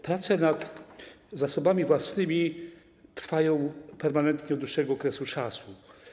Prace nad zasobami własnymi trwają permanentnie od dłuższego czasu.